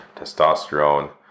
testosterone